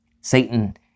Satan